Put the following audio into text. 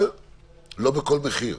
אבל לא בכל מחיר.